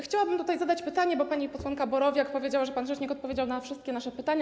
Chciałabym zadać pytanie, bo pani posłanka Borowiak powiedziała, że pan rzecznik odpowiedział na wszystkie nasze pytania.